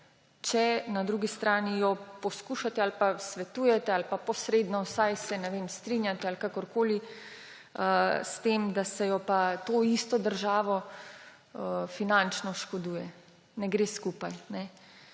če na drugi strani poskušate ali svetujete ali pa se vsaj posredno, ne vem, strinjate ali kakorkoli s tem, da se to isto državo finančno oškoduje? Ne gre skupaj.